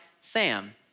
Sam